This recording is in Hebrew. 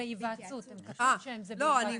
זה בהיוועצות איתם.